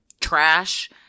trash